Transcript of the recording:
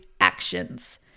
actions